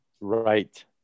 Right